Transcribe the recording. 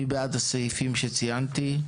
מי בעד הסעיפים שציינתי?